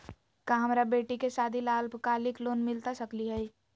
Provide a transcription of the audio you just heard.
का हमरा बेटी के सादी ला अल्पकालिक लोन मिलता सकली हई?